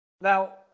Now